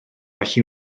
felly